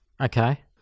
Okay